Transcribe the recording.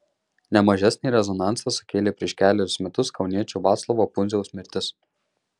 ne mažesnį rezonansą sukėlė prieš kelerius metus kauniečio vaclovo pundziaus mirtis